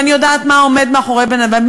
ואני יודעת מה עומד מאחורי בן-אדם,